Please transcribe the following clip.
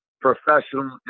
professional